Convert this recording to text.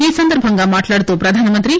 ఈ సందర్భంగా మాట్లాడుతూ ప్రధానమంత్రి